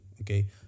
okay